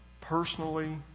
personally